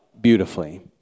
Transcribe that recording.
beautifully